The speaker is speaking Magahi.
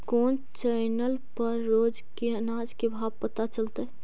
कोन चैनल पर रोज के अनाज के भाव पता चलतै?